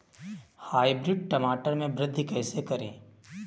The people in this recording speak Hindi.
हाइब्रिड टमाटर में वृद्धि कैसे करें?